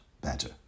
better